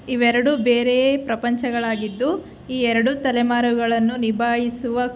ಇವೆರಡು ಬೇರೆಯೇ ಪ್ರಪಂಚಗಳಾಗಿದ್ದು ಈ ಎರಡೂ ತಲೆಮಾರುಗಳನ್ನು ನಿಭಾಯಿಸುವ